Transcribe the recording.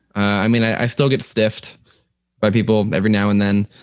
i mean, i still get stiffed by people every now and then.